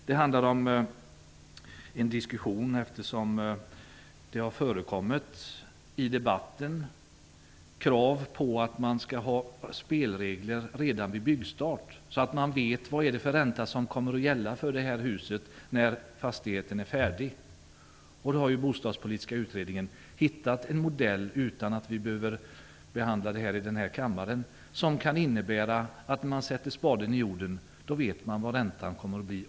Det handlar också om den diskussion som uppstått sedan det i debatten förekommit krav på spelregler redan vid byggstart så att man vet vilken ränta som kommer att gälla för en fastighet när den är färdig. I den frågan har den bostadspolitiska utredningen hittat en modell som, utan att vi behöver behandla det här i kammaren, kan innebära att man när man sätter spaden i jorden vet vad räntan kommer att bli.